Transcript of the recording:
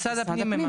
משרד הפנים.